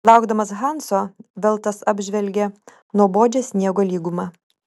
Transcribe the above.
laukdamas hanso veltas apžvelgė nuobodžią sniego lygumą